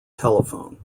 telephone